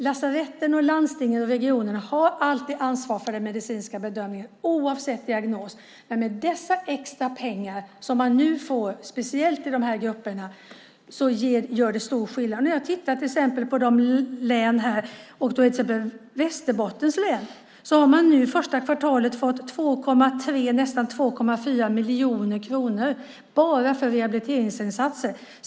Lasaretten, landstingen och regionerna har alltid ansvar för den medicinska bedömningen oavsett diagnos. Men med dessa extra pengar som man nu får speciellt för dessa grupper gör det stor skillnad. I till exempel Västerbottens län har man det första kvartalet fått nästan 2,4 miljoner kronor bara för rehabiliteringsinsatser.